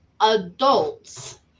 adults